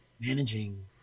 managing